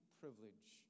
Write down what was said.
privilege